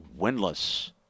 winless